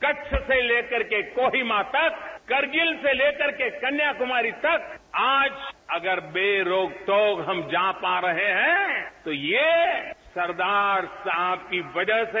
कच्छ से लेकर कोहिमा तक करगिल से ले करके कन्याकुमारी तक आज अगर बे रोक टोक हम जा पा रहे हैं तो ये सरदार साहब की वजह से